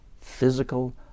physical